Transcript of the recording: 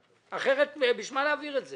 אחרת, לשם מה להעביר את זה?